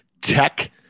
tech